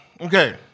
Okay